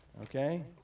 okay.